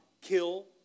kill